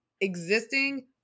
existing